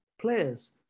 players